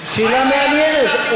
שאלה מעניינת,